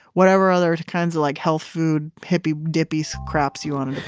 whatever other kinds of like health, food, hippie dippy so craps you wanted